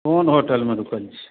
कोन होटलमे रुकल छिए